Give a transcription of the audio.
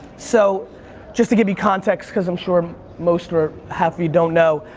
so just give you context, cause i'm sure most or half of you don't know,